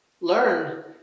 learn